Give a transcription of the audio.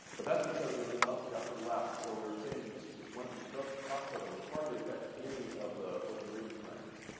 but that's because it was in ah the upper left, where we were changing this wimpy stop stop codon, which hardly affects any any of the open reading frames.